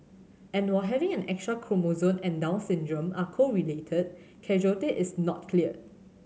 and while having an extra chromosome and Down syndrome are correlated causality is not clear